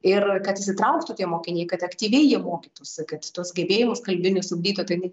ir kad įsitrauktų tie mokiniai kad aktyviai jie mokytųsi kad tuos gebėjimus kalbinius ugdytų tai ne